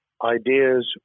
Ideas